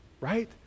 right